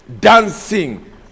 dancing